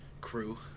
crew